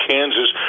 Kansas